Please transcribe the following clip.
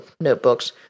notebooks